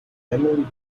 drängeln